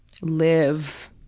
live